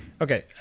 Okay